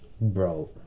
bro